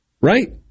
right